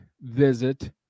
visit